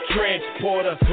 Transporter